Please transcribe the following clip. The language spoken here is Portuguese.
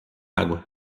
água